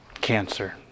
cancer